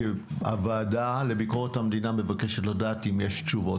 הוועדה לביקורת המדינה מבקשת לדעת אם יש תשובות.